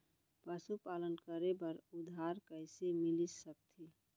पशुपालन करे बर उधार कइसे मिलिस सकथे?